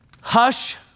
hush